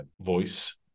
voice